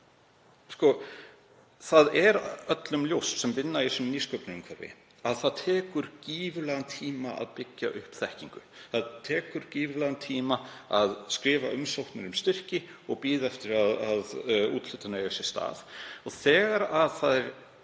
Það er öllum ljóst sem vinna í nýsköpunarumhverfi að það tekur gífurlegan tíma að byggja upp þekkingu. Það tekur gífurlegan tíma að skrifa umsóknir um styrki og bíða eftir að úthlutun eigi sér stað. Þegar helsta